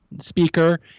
speaker